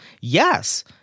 Yes